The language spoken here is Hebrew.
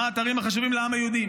האתרים החשובים לעם היהודי.